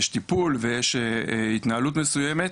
טיפול ויש התנהלות מסוימת,